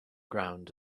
ground